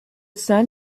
sun